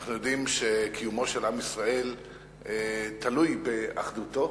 אנחנו יודעים שקיומו של עם ישראל תלוי באחדותו,